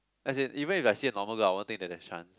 as in even if I see a normal girl I won't think that there's chance